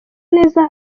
neza